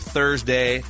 Thursday